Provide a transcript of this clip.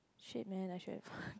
shit man I should have